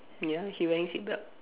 ya he wearing seat belt